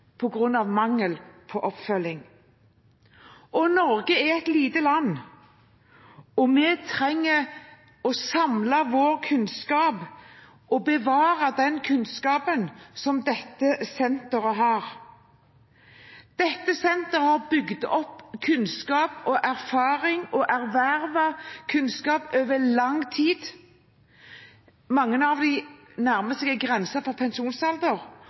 mangel på oppfølging. Norge er et lite land, og vi trenger å samle vår kunnskap og bevare den kunnskapen som dette senteret har. Dette senteret har bygd opp kunnskap og erfaring og har ervervet kunnskap over lang tid. Mange av dem nærmer seg grensen for pensjonsalder,